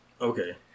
Okay